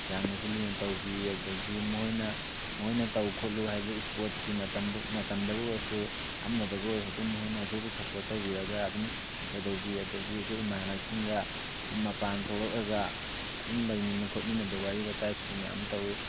ꯌꯥꯝꯅꯁꯨ ꯂꯨꯅ ꯇꯧꯕꯤ ꯑꯗꯒꯤ ꯃꯣꯏꯅ ꯃꯣꯏꯅ ꯇꯧ ꯈꯣꯠꯂꯨ ꯍꯥꯏꯕꯗ ꯁ꯭ꯄꯣꯔꯠꯁꯀꯤ ꯃꯇꯝ ꯃꯇꯝꯗꯕꯨ ꯑꯣꯏꯔꯁꯨ ꯑꯃꯗꯕꯨ ꯑꯣꯏꯔꯁꯨ ꯑꯗꯨꯝ ꯃꯣꯏꯅ ꯑꯩꯈꯣꯏꯕꯨ ꯑꯗꯨꯝ ꯁꯄꯣꯔꯠ ꯇꯧꯕꯤꯔꯒ ꯑꯗꯨꯝ ꯀꯩꯗꯧꯕꯤ ꯑꯗꯒꯤ ꯑꯩꯈꯣꯏ ꯏꯃꯥꯟꯅꯕꯁꯤꯡꯒ ꯃꯄꯥꯟ ꯊꯣꯛꯂꯛꯂꯒ ꯑꯗꯨꯝ ꯂꯩꯃꯤꯟꯅ ꯈꯣꯠꯃꯤꯟꯅꯗꯅ ꯋꯥꯔꯤ ꯋꯥꯇꯥꯏꯁꯨ ꯃꯌꯥꯝ ꯇꯧꯋꯤ